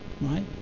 right